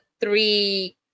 three